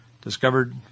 discovered